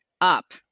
up